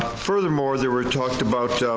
furthermore, there were talked about.